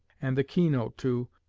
and the keynote to,